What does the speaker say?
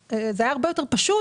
זה היה הרבה יותר פשוט